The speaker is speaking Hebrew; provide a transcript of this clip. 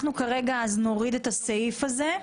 אנחנו כרגע נוריד את הסעיף הזה.